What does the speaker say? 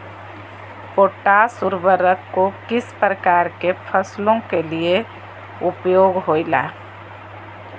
Potash उर्वरक को किस प्रकार के फसलों के लिए उपयोग होईला?